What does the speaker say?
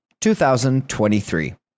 2023